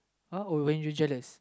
uh oh when you jealous